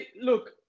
look